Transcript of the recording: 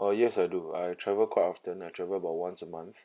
uh yes I do I travel quite often I travel about once a month